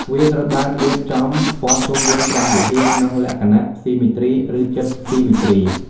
វាត្រូវបានរៀបចំព័ទ្ធជុំវិញព្រះវិហារក្នុងលក្ខណៈស៊ីមេទ្រី ឬជិតស៊ីមេទ្រី។